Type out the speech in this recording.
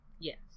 yes